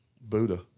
Buddha